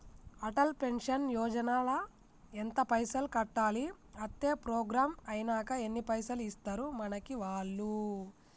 Atal pension Yojana ల ఎంత పైసల్ కట్టాలి? అత్తే ప్రోగ్రాం ఐనాక ఎన్ని పైసల్ ఇస్తరు మనకి వాళ్లు?